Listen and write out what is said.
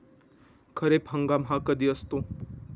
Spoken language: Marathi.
खरीप हंगाम हा कधी असतो?